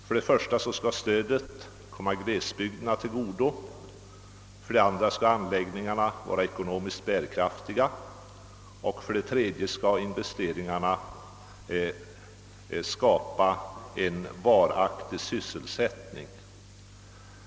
För det första skall stödet komma glesbygderna till godo, för det andra skall anläggningarna vara ekonomiskt bärkraftiga och för det tredje skall investeringarna skapa en varaktig sysselsättning.